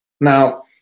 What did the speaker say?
Now